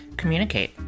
communicate